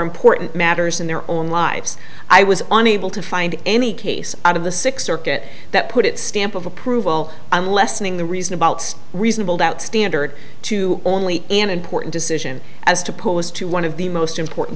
important matters in their own lives i was unable to find any case out of the six circuit that put its stamp of approval on lessening the reason about reasonable doubt standard to only an important decision as to pose to one of the most important